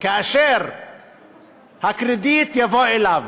כאשר הקרדיט יבוא אליו,